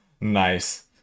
Nice